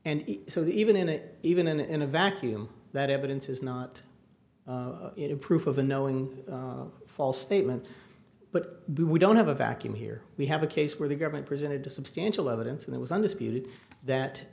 and so even in it even in a vacuum that evidence is not proof of a knowing false statement but we don't have a vacuum here we have a case where the government presented to substantial evidence and it was undisputed that